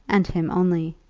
and him only.